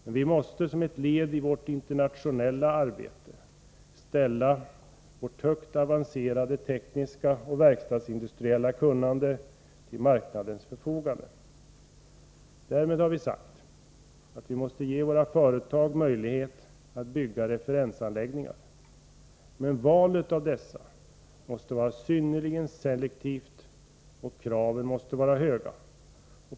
Men vi måste som ett led i vårt internationella arbete ställa vårt högt avancerade tekniska och verkstadsindustriella kunnande till marknadens förfogande. Därmed har vi sagt att vi måste ge våra företag möjlighet att bygga referensanläggningar. Men valet av dessa måste vara synnerligen selektivt, och kraven måste vara höga.